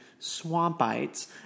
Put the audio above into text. Swampites